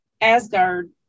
Asgard